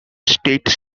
state